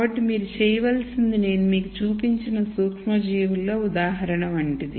కాబట్టి మీరు చేయవలసింది నేను మీకు చూపించిన సూక్ష్మజీవుల ఉదాహరణ లాంటిది